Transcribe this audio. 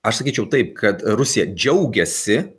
aš sakyčiau taip kad rusija džiaugiasi